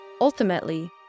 Ultimately